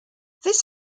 this